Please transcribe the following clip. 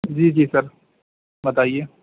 جی جی سر بتائیے